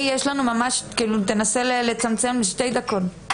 אבי תנסה לצמצם לשתי דקות.